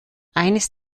eines